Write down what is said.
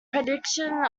prediction